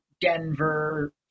Denver